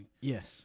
yes